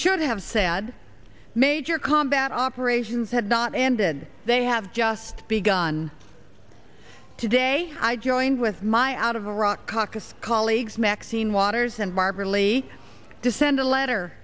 should have said major combat operations had not ended they have just begun today i joined with my out of iraq caucus colleagues maxine waters and barbara lee to send a letter